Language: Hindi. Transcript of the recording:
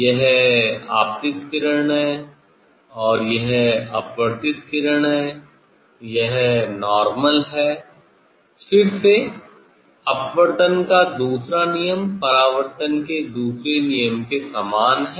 यह आपतित किरण है और यह अपवर्तित किरण है यह नार्मल है फिर से अपवर्तन का दूसरा नियम परावर्तन के दूसरे नियम के समान है